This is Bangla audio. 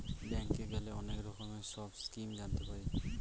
ব্যাঙ্কে গেলে অনেক রকমের সব স্কিম জানতে পারি